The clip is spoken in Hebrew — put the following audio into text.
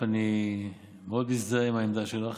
אני מאוד מזדהה עם העמדה שלך.